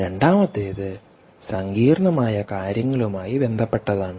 രണ്ടാമത്തേത് സങ്കീർണ്ണമായ കാര്യങ്ങളുമായി ബന്ധപ്പെട്ടതാണ്